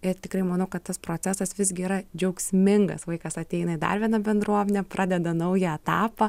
ir tikrai manau kad tas procesas visgi yra džiaugsmingas vaikas ateina į dar vieną bendruomenę pradeda naują etapą